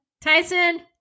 Tyson